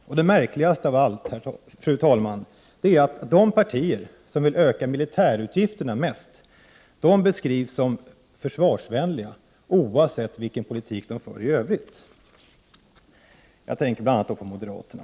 Och det märkligaste, fru talman, är att de partier som vill öka militärutgifterna mest beskrivs som försvarsvänliga, oavsett vilken politik de för i övrigt. Jag tänker bl.a. på Prot. 1988/89:42 moderaterna.